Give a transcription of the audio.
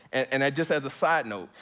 and i just, as a side note,